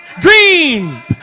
green